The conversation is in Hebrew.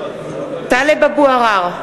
(קוראת בשמות חברי הכנסת) טלב אבו עראר,